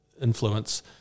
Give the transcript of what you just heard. influence